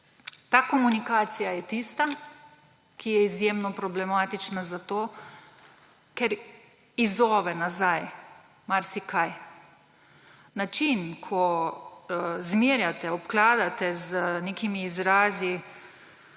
Ta komunikacija je tista, ki je izjemno problematična, ker izzove nazaj marsikaj. Način, ko zmerjate, obkladate z nekimi izrazi